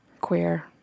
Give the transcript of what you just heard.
Queer